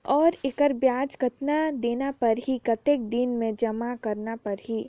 और एकर ब्याज कतना देना परही कतेक दिन मे जमा करना परही??